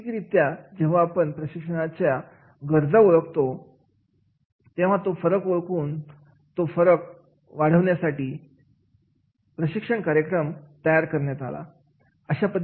आणि नैसर्गिक रित्या जेव्हा आपण प्रशिक्षणाच्या दर्जा ओळखतो तेव्हा तो फरक ओळखून तो वाढण्यासाठी प्रशिक्षण कार्यक्रम तयार करण्यात आला